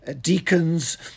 deacons